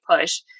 push